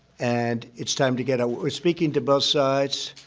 and it's time to get out. we're speaking to both sides.